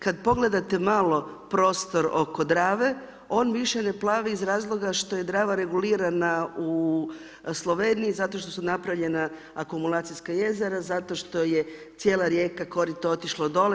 Kada pogledate malo prostor oko Drave, on više ne plavi iz razloga što je Drava regulirana u Sloveniji zato što su napravljena akumulacijska jezera, zato što je cijela rijeka, korito otišlo dolje.